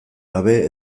gabe